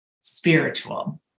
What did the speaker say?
spiritual